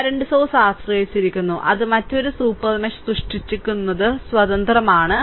current source ആശ്രയിച്ചിരിക്കുന്നു അത് മറ്റൊരു സൂപ്പർ മെഷ് സൃഷ്ടിക്കുന്നത് സ്വതന്ത്രമാണ്